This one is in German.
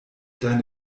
deine